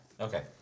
Okay